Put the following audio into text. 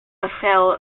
ethel